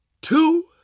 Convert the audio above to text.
two